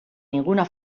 ninguna